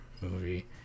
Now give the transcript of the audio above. movie